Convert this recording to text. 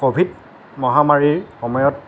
covid মহামাৰীৰ সময়ত